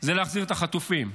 זה להחזיר את החטופים והחטופות.